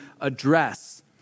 address